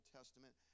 Testament